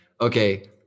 okay